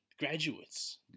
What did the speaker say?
graduates